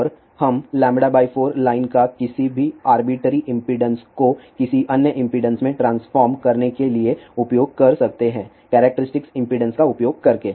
और हम λ 4 लाइन का किसी भी आर्बिट्रेरी इंपेडेंस को किसी अन्य इंपेडेंस में ट्रांसफार्म करने के लिए उपयोग कर सकते हैं करैक्टेरिस्टिक इंपेडेंस का उपयोग करके